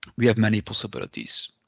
we have many possibilities.